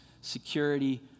security